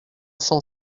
cent